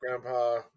grandpa